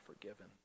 forgiven